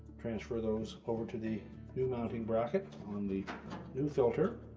transfer those over to the new mounting bracket on the new filter